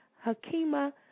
Hakima